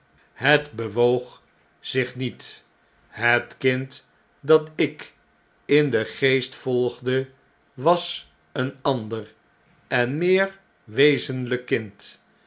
het bewoog zich niet het kind dat ik in den geest volgde was een ander en meer wezenlijk kind